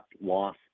loss